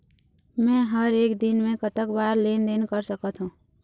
मे हर एक दिन मे कतक बार लेन देन कर सकत हों?